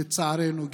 לצערנו,